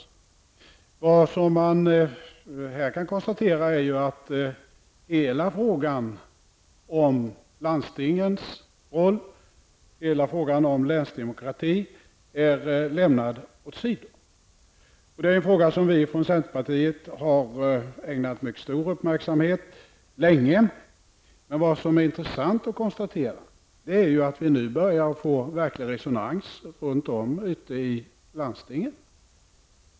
Man kan konstatera att hela frågan om landstingens roll och om länsdemokratin är lämnad åsido. Detta är en fråga som vi från centerpartiet länge har ägnat en mycket stor uppmärksamhet. Det är intressant att konstatera att vi nu börjar få verklig resonans runt om ute i landstingen.